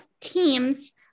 teams